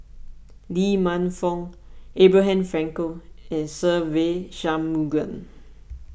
Lee Man Fong Abraham Frankel and Se Ve Shanmugam